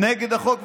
נגד החוק,